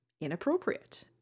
inappropriate